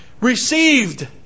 received